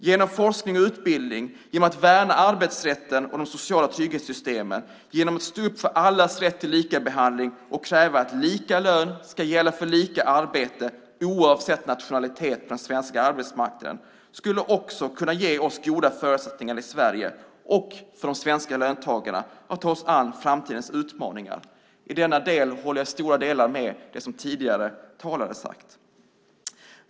Genom forskning och utbildning, genom att värna arbetsrätten och de sociala trygghetssystemen, genom att stå upp för allas rätt till lika behandling och kräva att lika lön ska gälla för lika arbete, oavsett nationalitet, på den svenska arbetsmarknaden skulle Sverige och de svenska löntagarna ha goda förutsättningar att ta sig an framtidens utmaningar. I denna del håller jag i stora delar med om det tidigare talare har sagt.